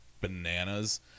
bananas